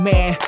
Man